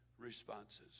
responses